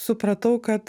supratau kad